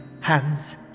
Hands